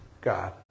God